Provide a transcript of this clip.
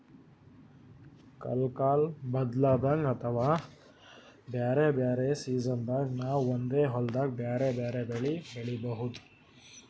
ಕಲ್ಕಾಲ್ ಬದ್ಲಾದಂಗ್ ಅಥವಾ ಬ್ಯಾರೆ ಬ್ಯಾರೆ ಸಿಜನ್ದಾಗ್ ನಾವ್ ಒಂದೇ ಹೊಲ್ದಾಗ್ ಬ್ಯಾರೆ ಬ್ಯಾರೆ ಬೆಳಿ ಬೆಳಿಬಹುದ್